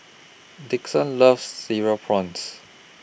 Dixon loves Cereal Prawns